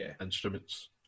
instruments